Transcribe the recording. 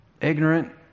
ignorant